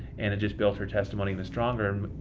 and it just built her testimony even stronger,